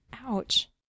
Ouch